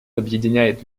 объединяет